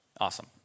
Awesome